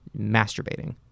masturbating